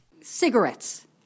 Cigarettes